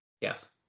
Yes